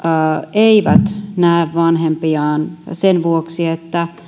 eivät näe vanhempiaan sen vuoksi että